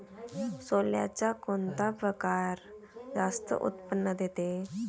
सोल्याचा कोनता परकार जास्त उत्पन्न देते?